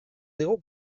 digu